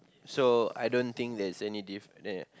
so I don't think there's any diff there